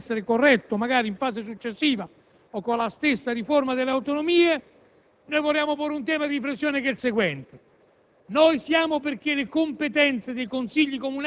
si potrebbe affrontare qualche problema tecnico che potrà essere corretto, magari in fase successiva, con la stessa riforma delle autonomie. Inoltre, vorremmo porre un ulteriore tema di riflessione: noi siamo